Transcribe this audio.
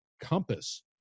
compass